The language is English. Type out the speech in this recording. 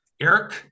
Eric